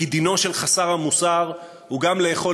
כי דינו של חסר המוסר הוא גם לאכול